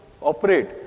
operate